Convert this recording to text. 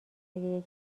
یکی